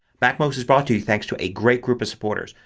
macmost is brought to you thanks to a great group of supporters.